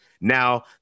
Now